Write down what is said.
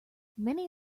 many